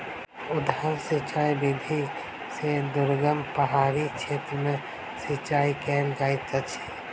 उद्वहन सिचाई विधि से दुर्गम पहाड़ी क्षेत्र में सिचाई कयल जाइत अछि